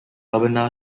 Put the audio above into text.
urbana